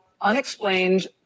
unexplained